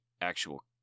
actual